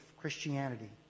Christianity